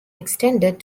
extended